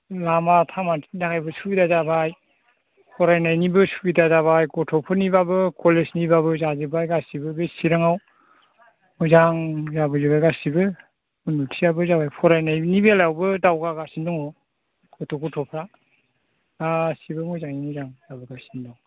लामा थामानि थाखायबो सुबिदा जाबाय फरायनायनिबो सुबिदा जाबाय गथ'फोरनिबाबो कलेजनिबाबो जाजोब्बाय गासैबो बे चिराङाव मोजां जाबोजोब्बाय गासैबो उन्न'तियाबो जाबाय फरायनायनि बेलायावबो दावगागासिनो दङ गथ' गथ'फ्रा गासैबो मोजाङै मोजां जाबोगासिनो दङ